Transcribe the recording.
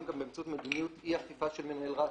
גם באמצעות מדיניות אי אכיפה של מנהל רת"א.